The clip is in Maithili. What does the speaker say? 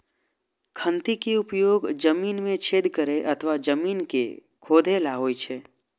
खंती के उपयोग जमीन मे छेद करै अथवा जमीन कें खोधै लेल होइ छै